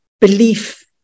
belief